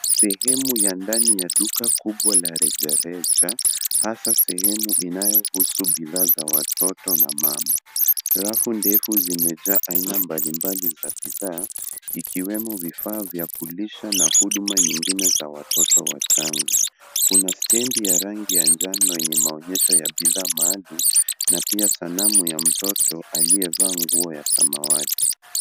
Sehemu ya ndani ya duka kubwa la rejareja, hasa sehemu inayohusu bidhaa za watoto na mama. Rafu ndefu zimejaa aina mbalimbali za bidhaa, ikiwemo vifaa vya kulisha na huduma nyingine za watoto wachanga. Kuna stendi ya rangi ya njano yenye maonyesho ya bidhaa maalumu na pia sanamu ya mtoto aliyevaa nguo ya samawati.